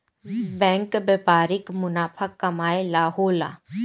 bank व्यापारिक मुनाफा कमाए ला होला